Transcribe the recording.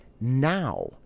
now